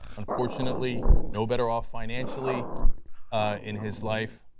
unfortunately no better off financially in his life,